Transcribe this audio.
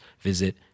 visit